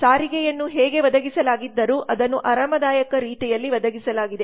ಸಾರಿಗೆಯನ್ನು ಹೇಗೆ ಒದಗಿಸಲಾಗಿದ್ದರೂ ಅದನ್ನು ಆರಾಮದಾಯಕ ರೀತಿಯಲ್ಲಿ ಒದಗಿಸಲಾಗಿದೆ